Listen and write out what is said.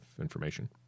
information